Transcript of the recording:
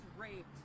raped